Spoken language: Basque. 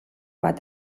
bat